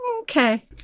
Okay